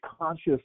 conscious